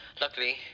Luckily